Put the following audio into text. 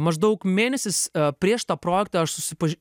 maždaug mėnesis prieš tą projektą aš susipaži